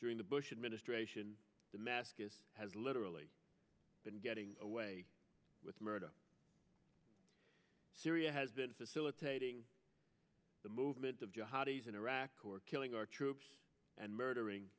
during the bush administration damascus has literally been getting away with murder syria has been facilitating the movement of jihadi is in iraq who are killing our troops and murdering